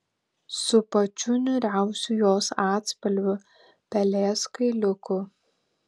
su pačiu niūriausiu jos atspalviu pelės kailiuku